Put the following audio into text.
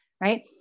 right